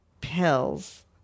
pills